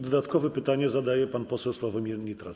Dodatkowe pytanie zadaje pan poseł Sławomir Nitras.